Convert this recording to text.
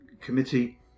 Committee